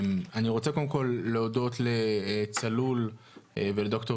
אני רוצה קודם כל להודות ל"צלול" ולד"ר